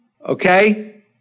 Okay